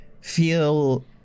feel